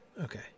Okay